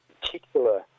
particular